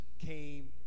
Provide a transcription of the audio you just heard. came